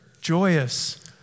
joyous